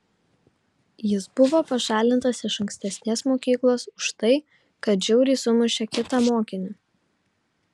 jis buvo pašalintas iš ankstesnės mokyklos už tai kad žiauriai sumušė kitą mokinį